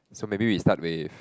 so maybe we start with